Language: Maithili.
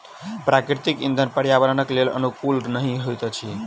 प्राकृतिक इंधन पर्यावरणक लेल अनुकूल नहि होइत अछि